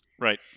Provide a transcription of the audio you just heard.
right